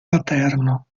paterno